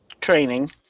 training